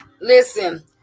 listen